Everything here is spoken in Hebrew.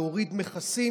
להוריד מכסים,